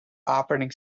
operating